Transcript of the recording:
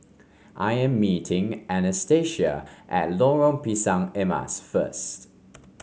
I am meeting Anastacia at Lorong Pisang Emas first